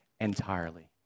entirely